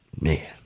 man